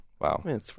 Wow